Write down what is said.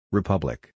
Republic